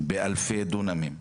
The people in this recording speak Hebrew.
באלפי דונמים,